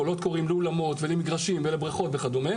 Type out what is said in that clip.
שקומה חמישית זה מגרשי כדורסל וכדוריד,